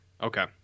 Okay